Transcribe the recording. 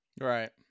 Right